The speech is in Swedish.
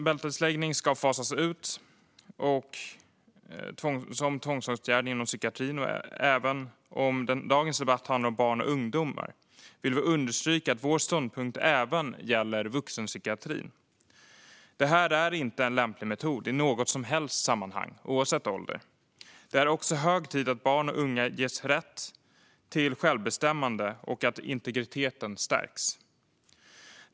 Bältesläggning ska fasas ut som tvångsåtgärd inom psykiatrin. Även om dagens debatt handlar om barn och ungdomar vill vi understryka att vår ståndpunkt även gäller vuxenpsykiatrin. Det här är inte en lämplig metod i något som helst sammanhang, oavsett ålder. Det är också hög tid att barn och unga ges rätt till självbestämmande och att integriteten stärks.